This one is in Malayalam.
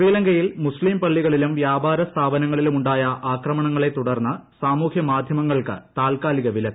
ശ്രീലങ്കയിൽ മുസ്തീം പള്ളികളിലും വ്യാപാര സ്ഥാപനങ്ങളിലും ഉണ്ടായ ആക്രമണങ്ങളെ തുടർന്ന് സാമൂഹൃമാധൃമങ്ങൾക്ക് താൽക്കാലിക വിലക്ക്